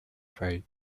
fate